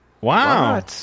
Wow